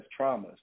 traumas